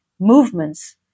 Movements